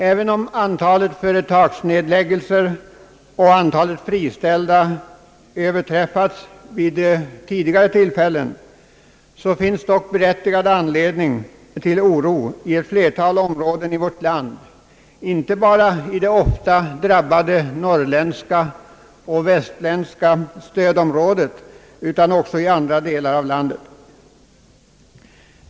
Även om antalet företagsnedläggelser och antalet friställda överträffats vid tidigare tillfällen, finns dock berättigad anledning till oro i ett flertal områden av vårt land, inte bara i de ofta drabbade norrländska och västsvenska stödområdena, utan också i andra delar av landet.